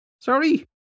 Sorry